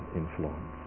influence